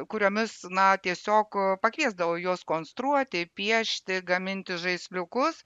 kuriomis na tiesiog pakviesdavau juos konstruoti piešti gaminti žaisliukus